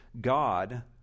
God